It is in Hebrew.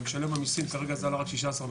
למשלם המסים זה עלה רק 16 מיליון.